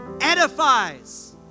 edifies